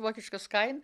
vokiškas kain